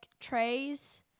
trays